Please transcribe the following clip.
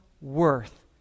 worth